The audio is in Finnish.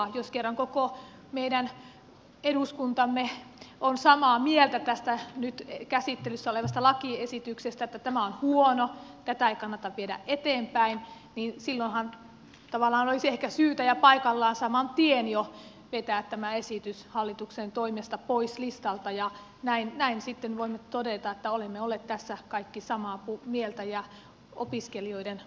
jos kerran koko meidän eduskuntamme on samaa mieltä tästä nyt käsittelyssä olevasta lakiesityksestä että tämä on huono tätä ei kannata viedä eteenpäin niin silloinhan tavallaan olisi ehkä syytä ja paikallaan saman tien jo vetää tämä esitys hallituksen toimesta pois listalta ja näin sitten voimme todeta että olemme olleet tässä kaikki samaa mieltä ja opiskelijoiden puolella